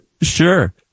Sure